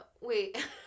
wait